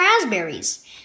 raspberries